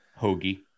Hoagie